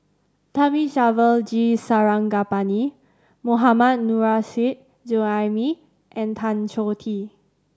Thamizhavel G Sarangapani Mohammad Nurrasyid Juraimi and Tan Choh Tee